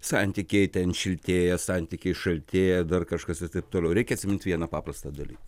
santykiai ten šiltėja santykiai šaltėja dar kažkas ir taip toliau reikia atsimint vieną paprastą dalyką